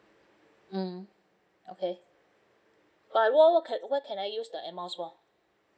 mm okay but what what can what can I use the air miles for